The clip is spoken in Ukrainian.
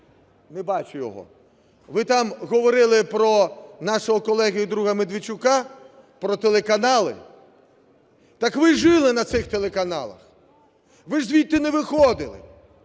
(не бачу його), ви там говорили про нашого колегу і друга Медведчука, про телеканали. Так ви жили на цих телеканалах, ви ж звідти не виходили.